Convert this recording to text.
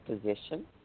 position